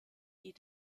die